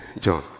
John